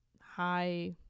high